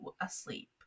asleep